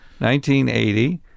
1980